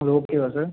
அது ஓகேவா சார்